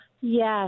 Yes